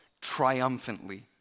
triumphantly